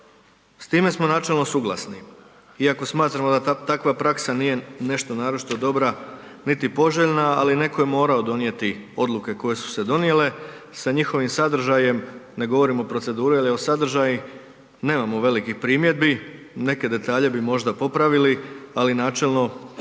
S time smo načelo suglasni iako smatramo da takva praksa nije nešto naročito dobra, niti poželjna, ali neko je morao donijeti odluke koje su se donijele. Sa njihovim sadržajem, ne govorimo o procedurom, ali o sadržaju nemamo velikih primjedbi, neke detalje bi možda popravili, ali načelno